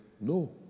no